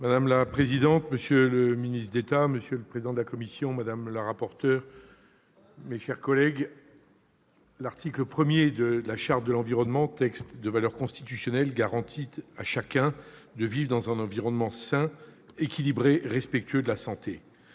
Madame la présidente, monsieur le ministre d'État, monsieur le président de la commission, madame la rapporteur, mes chers collègues, l'article 1 de la Charte de l'environnement, texte de valeur constitutionnelle, garantit à chacun de vivre dans un environnement sain, « équilibré et respectueux de la santé